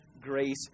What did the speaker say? grace